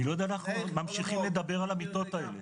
אני לא יודע למה ממשיכים לדבר על המיטות האלה.